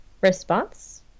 response